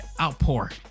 outpour